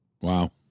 Wow